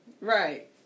Right